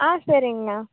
ஆ சரிங்ணா